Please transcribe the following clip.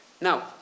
Now